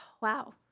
Wow